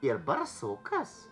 ir barsukas